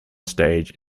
stage